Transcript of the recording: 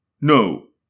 No